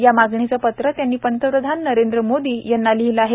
या मागणीचं पत्र त्यांनी पंतप्रधान नरेंद्र मोदी यांनी लिहिलं आहे